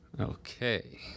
Okay